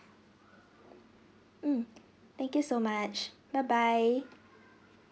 mm thank you so much bye bye